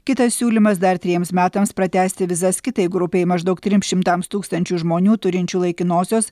kitas siūlymas dar trejiems metams pratęsti vizas kitai grupei maždaug trims šimtams tūkstančių žmonių turinčių laikinosios